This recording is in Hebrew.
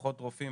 פחות ורפאים,